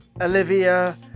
Olivia